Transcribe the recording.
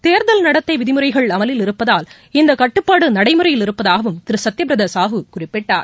தேர்தல் நடத்தை விதிமுறைகள் அமலில் இருப்பதால் இந்த கட்டுப்பாடு நடைமுறையில் இருப்பதாகவும் திரு சத்ய பிரதா சாஹூ குறிப்பிட்டார்